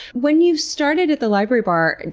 when you started at the library bar, and